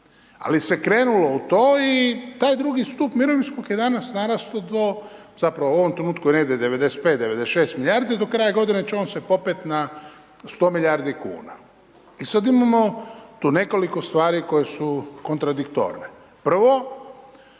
Ali se krenulo u to i taj II stup mirovinskog je danas narastao do, zapravo u ovom trenutku je negdje 95, 96 milijardi, do kraja godine će on se popet na 100 milijardi kuna. I sad imamo tu nekoliko stvari koje su kontradiktorne. Prvo,